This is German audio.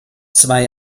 zwei